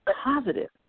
positive